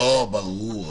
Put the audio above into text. ברור,